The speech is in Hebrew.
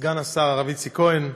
סגן השר הרב איציק כהן,